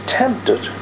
tempted